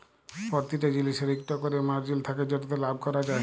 পরতিটা জিলিসের ইকট ক্যরে মারজিল থ্যাকে যেটতে লাভ ক্যরা যায়